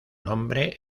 nombre